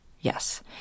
Yes